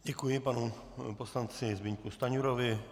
Děkuji panu poslanci Zbyňku Stanjurovi.